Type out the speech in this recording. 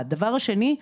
דבר שני,